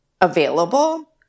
available